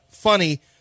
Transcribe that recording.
funny